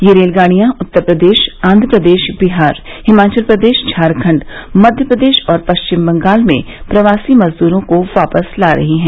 ये रेलगाड़ियां उत्तर प्रदेश आंध्र प्रदेश बिहार हिमाचल प्रदेश झारखंड मध्य प्रदेश और पश्चिम बंगाल में प्रवासी मजदूरों को वापस ला रही हैं